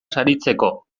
saritzeko